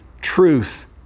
truth